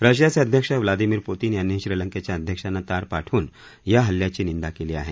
रशियाचे अध्यक्ष Vladimir Putin यांनीही श्रीलंकेच्या अध्यक्षांना तार पाठवून या हल्ल्याची निंदा केली आहे